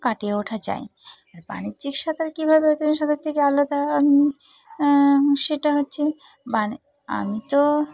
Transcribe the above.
কাটিয়ে ওঠা যায় আর বাণিজ্যিক সাঁতার কীভাবে ঐতিহ্যবাহী সাঁতার থেকে আলাদা সেটা হচ্ছে বাণি আমি তো